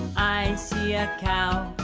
i see a ah